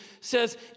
says